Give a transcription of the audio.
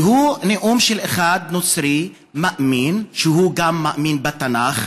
והוא נאום של נוצרי מאמין שגם מאמין בתנ"ך